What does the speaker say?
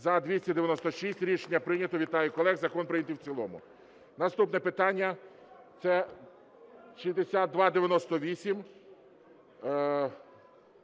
За-296 Рішення прийнято. Вітаю колег. Закон прийнятий в цілому. Наступне питання – це 6298.